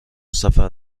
سفر